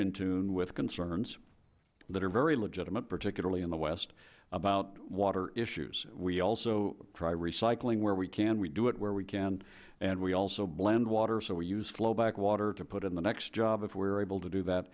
in tune with concerns that are very legitimate particularly in the west about water issues we also try recycling where we can we do it where we can and we also blend water so we use flowback water to put in the next job if we're able to do that